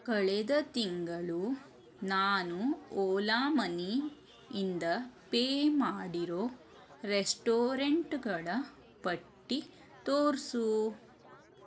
ಕಳೆದ ತಿಂಗಳು ನಾನು ಓಲಾ ಮನಿಯಿಂದ ಪೇ ಮಾಡಿರೋ ರೆಸ್ಟೊರೆಂಟ್ಗಳ ಪಟ್ಟಿ ತೋರಿಸು